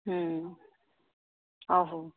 आहो